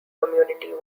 community